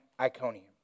Iconium